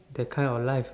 that kind of life